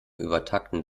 übertakten